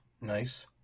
Nice